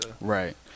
Right